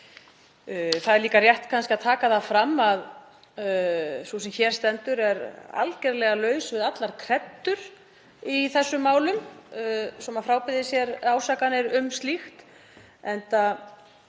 Það er líka rétt að taka það fram að sú sem hér stendur er algerlega laus við allar kreddur í þessum málum, svo maður frábiðji sér ásakanir um slíkt,